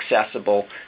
accessible